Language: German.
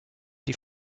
die